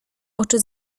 oczy